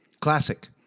Classic